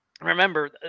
Remember